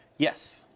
yes,